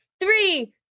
three